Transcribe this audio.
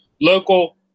local